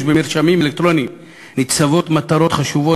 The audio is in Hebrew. במרשמים אלקטרוניים ניצבות מטרות חשובות,